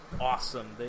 awesome